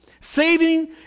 Saving